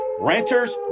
Renters